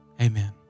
amen